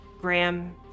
Graham